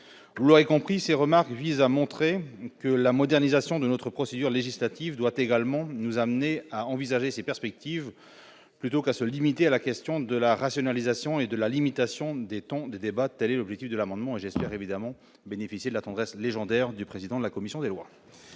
vous l'aurez compris ces remarques visant à montrer que la modernisation de notre procédure législative doit également nous amener à envisager ces perspectives plutôt qu'à se limiter à la question de la rationalisation et de la limitation des temps des débats téléobjectif de l'amendement j'espère évidemment bénéficié la tendresse légendaire du président de la commission des lois.